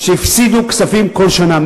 שהפסידו כספים כל שנה,